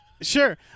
Sure